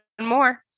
more